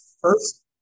First